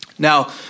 Now